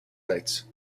nights